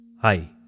Hi